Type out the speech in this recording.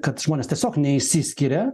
kad žmonės tiesiog neišsiskiria